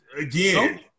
Again